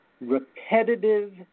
repetitive